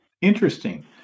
Interesting